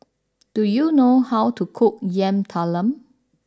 do you know how to cook Yam Talam